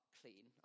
clean